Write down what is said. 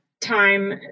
time